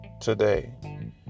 today